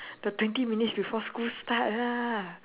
the twenty minutes before school start lah